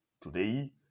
Today